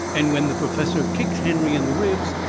and when the perfessor kicks henry in the ribs,